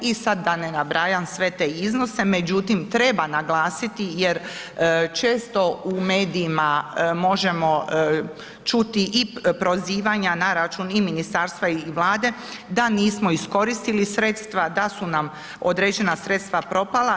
I sad da ne nabrajam sve te iznose, međutim treba naglasiti jer često u medijima možemo čuti i prozivanja na račun i ministarstva i vlade da nismo iskoristili sredstva, da su nam određena sredstava propala.